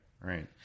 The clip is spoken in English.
right